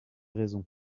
raison